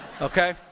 Okay